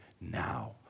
now